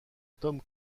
tom